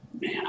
man